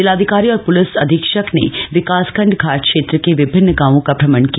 जिलाधिकारी और पुलिस अधीक्षक ने विकासखण्ड घाट क्षेत्र के विभिन्न गांवों का भ्रमण किया